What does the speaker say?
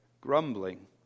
grumbling